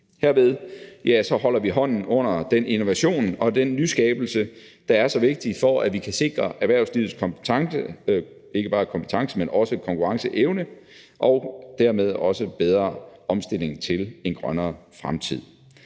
Herved holder vi hånden under den innovation og den nyskabelse, der er så vigtigt for, at vi kan sikre erhvervslivets konkurrenceevne og dermed også bedre omstilling til en grønnere fremtid.